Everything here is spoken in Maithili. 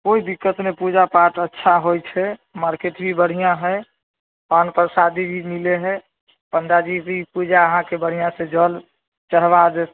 कोइ दिक्कत नहि पूजा पाठ अच्छा होइ छै मार्केट भी बढ़िआँ हइ पान परसादी भी मिलै हइ पण्डाजी भी पूजा अहाँके बढ़िआँसँ जल चढ़बा देत